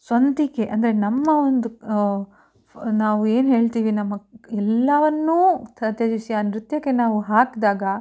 ಸ್ವಂತಿಕೆ ಅಂದರೆ ನಮ್ಮ ಒಂದು ನಾವು ಏನು ಹೇಳ್ತೀವಿ ನಮ್ಮ ಎಲ್ಲವನ್ನೂ ತ್ಯಜಿಸಿ ಆ ನೃತ್ಯಕ್ಕೆ ನಾವು ಹಾಕಿದಾಗ